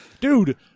Dude